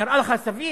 נראה לך סביר?